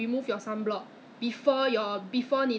这个这个 ah C_N_P laboratory what the